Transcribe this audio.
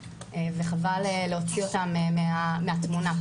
וחבל להוציא אותן מהתמונה.